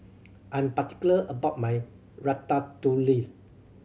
I'm particular about my Ratatouille